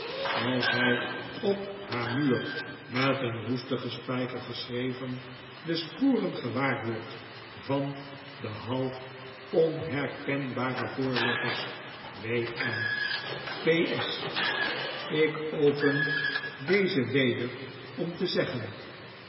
als hij op haar muur met een roestigen spijker geschreven de sporen gewaar wordt van de half onherkenbare voorletters w m p s ik open dezen weder om te zeggen